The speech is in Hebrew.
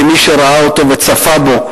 כמי שראה אותו וצפה בו,